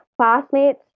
classmates